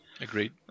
Agreed